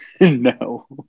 No